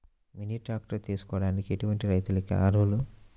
Mini tractor తీసుకోవడానికి ఎటువంటి రైతులకి అర్హులు?